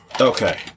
Okay